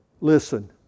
Listen